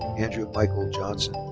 andrew michael johnson.